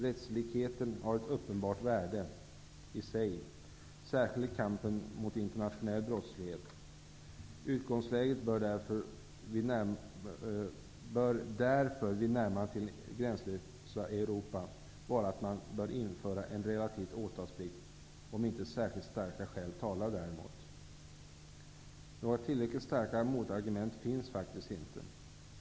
Rättslikheten har ett uppenbart värde i sig, särskilt i kampen mot internationell brottslighet. Utgångsläget bör därför vid närmandet till det gränslösa Europa vara att man bör införa en relativ åtalsplikt om inte särskilt starka skäl talar däremot. Några tillräckligt starka motargument finns faktiskt inte.